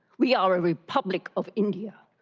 we are a republic of india.